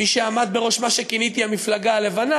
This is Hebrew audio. מי שעמד בראש מה שכיניתי "המפלגה הלבנה",